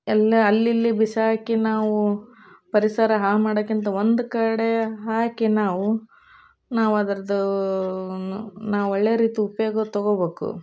ಎಲ್ಲ ಅಲ್ಲಿಲ್ಲಿ ಬಿಸಾಕಿ ನಾವು ಪರಿಸರ ಹಾಳು ಮಾಡೋಕ್ಕಿಂತ ಒಂದು ಕಡೆ ಹಾಕಿ ನಾವು ನಾವು ಅದರದ್ದು ನಾವು ಒಳ್ಳೆಯ ರೀತಿ ಉಪಯೋಗ ತಗೋಬೇಕು